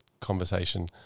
conversation